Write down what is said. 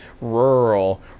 Rural